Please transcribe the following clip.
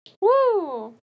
Woo